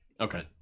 Okay